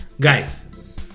guys